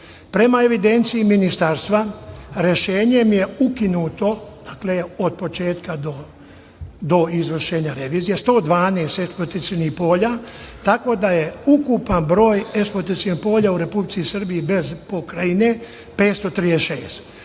Prema evidenciji Ministarstva, rešenjem je ukinuto, dakle, od početka do izvršenja revizija, 112 eksploatacionih polja, tako da je ukupan broj eksploatacionih polja u Republici Srbiji bez pokrajine 536.